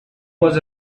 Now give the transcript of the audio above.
was